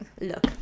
look